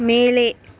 மேலே